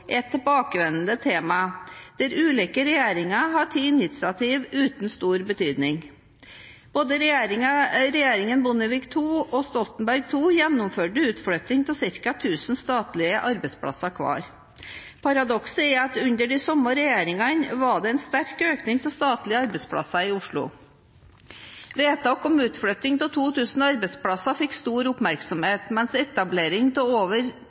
et tilbakevendende tema, der ulike regjeringer har tatt initiativ uten stor betydning. Regjeringen Bondevik II og regjeringen Stoltenberg II gjennomførte utflytting av ca. 1 000 statlige arbeidsplasser hver. Paradokset er at under de samme regjeringene var det en sterk økning av statlige arbeidsplasser i Oslo. Vedtak om utflytting av 2 000 arbeidsplasser fikk stor oppmerksomhet, mens etablering av over